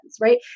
right